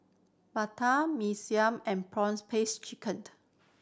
bandung Mee Siam and prawns paste chicken